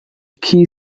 key